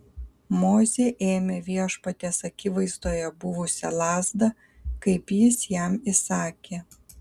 mozė ėmė viešpaties akivaizdoje buvusią lazdą kaip jis jam įsakė